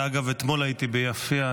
אגב, אתמול הייתי ביפיע.